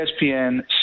ESPN